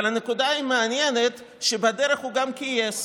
אבל הנקודה המעניינת היא שבדרך הוא גם כייס.